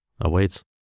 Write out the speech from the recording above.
awaits